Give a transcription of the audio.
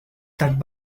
that